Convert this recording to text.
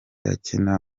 akina